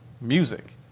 music